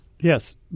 Yes